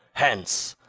hence!